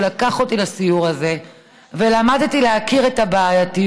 שלקח אותי לסיור הזה ולמדתי בו להכיר את הבעייתיות.